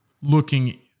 looking